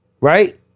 Right